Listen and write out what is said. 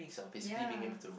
ya